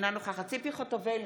אינה נוכחת ציפי חוטובלי,